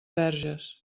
verges